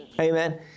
Amen